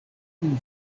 kun